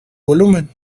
volumen